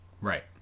Right